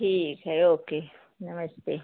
ठीक है ओके नमस्ते